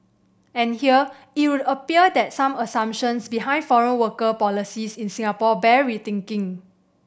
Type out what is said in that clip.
and here it would appear that some assumptions behind foreign worker policies in Singapore bear rethinking